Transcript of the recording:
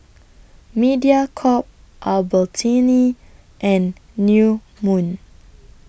Mediacorp Albertini and New Moon